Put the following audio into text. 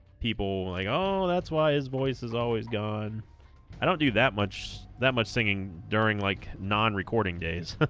people like oh that's why his voice is always gone i don't do that much that much singing during like non recording days